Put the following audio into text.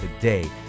today